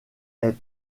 est